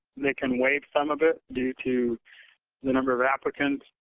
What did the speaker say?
they can waive some of it due to the number of applicants.